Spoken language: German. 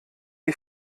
die